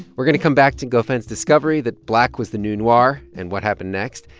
we're going to come back to ngofeen's discovery that black was the new noir and what happened next.